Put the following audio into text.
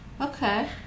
Okay